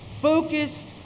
focused